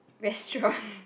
restaurant